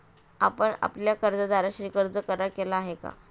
आपण आपल्या कर्जदाराशी कर्ज करार केला आहे का?